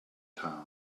town